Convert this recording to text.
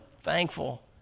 thankful